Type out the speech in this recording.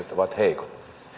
ovat heikot